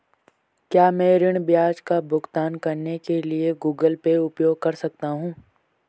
क्या मैं ऋण ब्याज का भुगतान करने के लिए गूगल पे उपयोग कर सकता हूं?